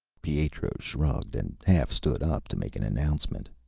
pietro shrugged, and half stood up to make an announcement.